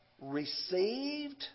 received